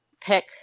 pick